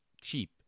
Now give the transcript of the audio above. cheap